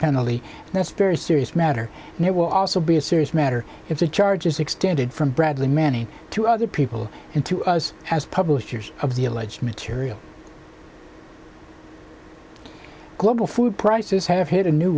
penalty and that's a very serious matter and it will also be a serious matter if the charges extended from bradley manning to other people and to us as publishers of the alleged material global food prices have hit a new